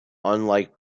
unlike